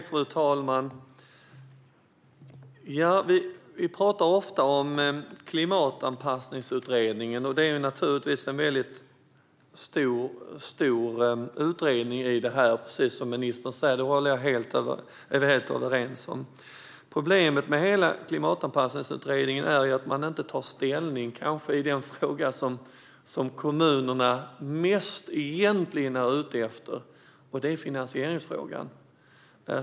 Fru talman! Vi pratar ofta om Klimatanpassningsutredningen. Det är, precis som ministern säger, en stor utredning när det gäller det här. Det är vi överens om. Problemet med hela den utredningen är att man inte tar ställning i den fråga som kommunerna egentligen är mest ute efter, nämligen finansieringsfrågan.